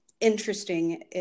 interesting